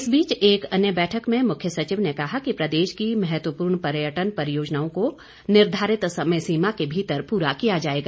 इस बीच एक अन्य बैठक में मुख्य सचिव ने कहा है कि प्रदेश की महत्वपूर्ण पर्यटन परियोजनाओं को निर्धारित समय सीमा के भीतर पूरा किया जाएगा